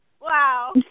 wow